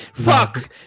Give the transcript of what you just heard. Fuck